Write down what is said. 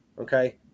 Okay